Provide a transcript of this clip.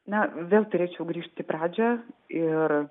na vėl turėčiau grįžt į pradžią ir